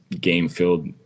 game-filled